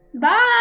Bye